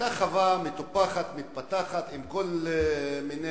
היתה חווה מטופחת, מתפתחת, עם כל מיני